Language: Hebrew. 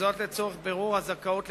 וזאת לצורך בירור הזכות לגמלאות,